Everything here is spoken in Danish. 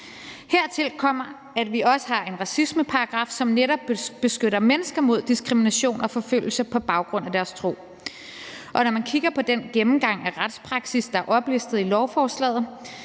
Hertil kommer, at vi også har en racismeparagraf, som netop beskytter mennesker mod diskrimination og forfølgelse på baggrund af deres tro. Og når man kigger på den gennemgang af retspraksis, der er oplistet i lovforslagets